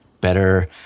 better